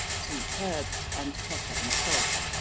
sweet herbs, and pepper and salt.